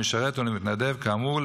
למשרת או למתנדב כאמור,